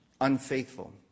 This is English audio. unfaithful